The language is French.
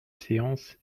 séance